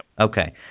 Okay